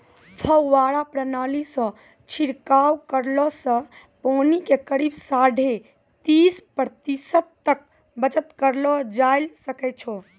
फव्वारा प्रणाली सॅ छिड़काव करला सॅ पानी के करीब साढ़े तीस प्रतिशत तक बचत करलो जाय ल सकै छो